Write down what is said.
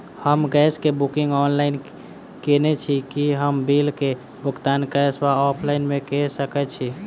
हम गैस कऽ booking online केने छी, की हम बिल कऽ भुगतान कैश वा ऑफलाइन मे कऽ सकय छी?